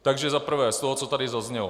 Takže za prvé z toho, co tady zaznělo.